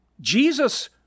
Jesus